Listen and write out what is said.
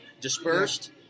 dispersed